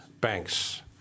banks